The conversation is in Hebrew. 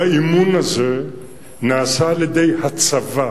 האימון הזה נעשה על-ידי הצבא.